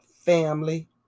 family